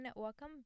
Welcome